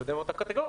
לא בקטגוריה,